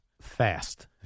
Fast